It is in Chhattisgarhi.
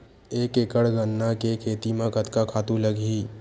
एक एकड़ गन्ना के खेती म कतका खातु लगही?